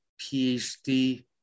PhD